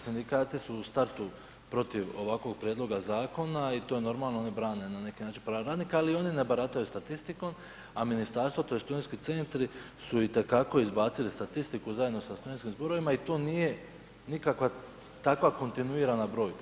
Sindikati su u startu protiv ovakvog prijedloga zakona i to normalno oni brane na neki način prava radnika, ali i oni ne barataju statistikom, a ministarstvo tj. studentski centri su itekako izbacili statistiku zajedno sa studentskim zborovima i to nije nikakva takva kontinuirana brojka.